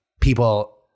people